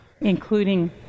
Including